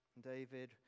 David